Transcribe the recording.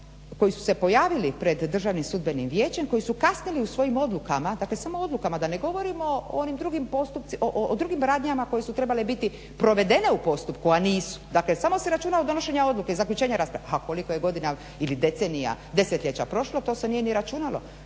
koji su se pojavili pred Državnim sudbenim vijećem, koji su kasnili u svojim odlukama, dakle odlukama da ne govorimo o drugim radnjama koje su trebale biti provedene u postupku, a nisu, samo se računa od donošenja od zaključenja rasprave a koliko je godina ili desetljeća prošlo, to se nije ni računalo.